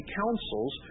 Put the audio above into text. counsels